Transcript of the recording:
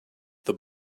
the